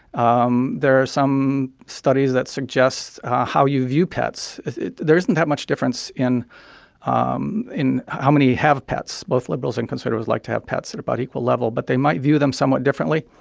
um there are some studies that suggest how you view pets there isn't that much difference in um in how many have pets. both liberals and conservatives like to have pets at about equal level. but they might view them somewhat differently.